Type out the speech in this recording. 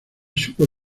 supo